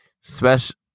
special